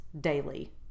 daily